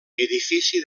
edifici